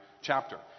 chapter